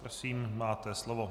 Prosím, máte slovo.